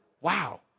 wow